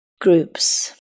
groups